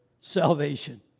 salvation